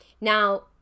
Now